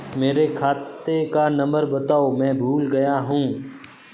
मेरे खाते का नंबर बताओ मैं भूल गया हूं